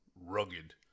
rugged